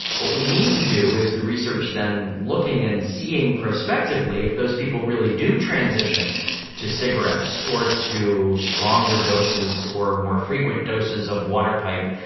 what we need to do is the research then looking and seeing prospectively if those people really do transition to cigarettes or to stronger doses or more frequent doses of water pipe.